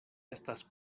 estas